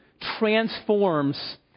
transforms